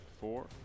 four